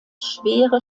schwere